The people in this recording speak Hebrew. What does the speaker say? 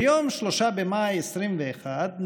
ביום 3 במאי 2021,